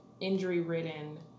injury-ridden